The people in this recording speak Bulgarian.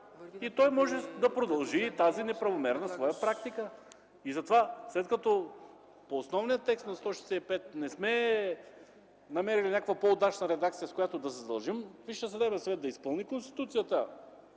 и той може да продължи тази неправомерна своя практика. Затова след като по основния текст на чл. 165 не сме намерили някаква по-удачна редакция, с която да задължим Висшия съдебен съвет да изпълни Конституцията,